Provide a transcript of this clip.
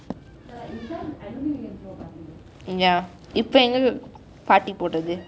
ya இப்பே எங்கே:ippai enkei party போடுறது:podurathu